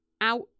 out